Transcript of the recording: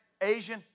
Asian